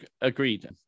Agreed